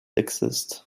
exist